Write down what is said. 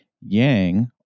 Yang